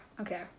Okay